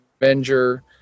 Avenger